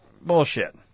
Bullshit